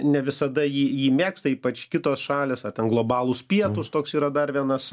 ne visada jį jį mėgsta ypač kitos šalys o ten globalūs pietūs toks yra dar vienas